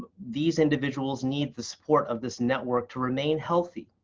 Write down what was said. these individuals need the support of this network to remain healthy.